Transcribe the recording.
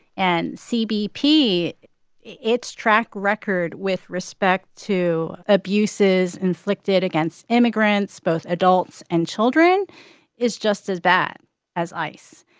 and cbp its track record with respect to abuses inflicted against immigrants both adults and children is just as bad as ice.